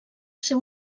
ser